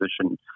position